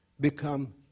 become